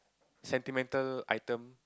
sentimental item